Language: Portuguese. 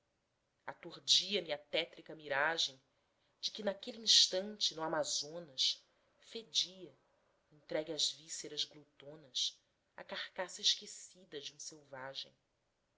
brasileira aturdia me a tétrica miragem de que naquele instante no amazonas fedia entregue a vísceras glutonas a carcaça esquecida de um selvagem